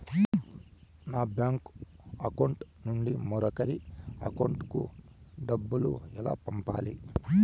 నా bank account నుండి మరొకరి అకౌంట్ కు డబ్బులు ఎలా పంపాలి